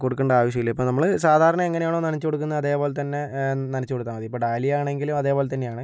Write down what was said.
കൊടുക്കണ്ട ആവശ്യമില്ല ഇപ്പോൾ നമ്മള് സാധാരണ എങ്ങനെയാണോ നനച്ചു കൊടുക്കുന്നത് അതേപോലെത്തന്നെ നനച്ച് കൊടുത്താൽ മതി ഇപ്പോൾ ഡാലിയ ആണെങ്കിലും അതേപോലെ തന്നെയാണ്